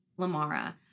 Lamara